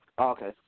Okay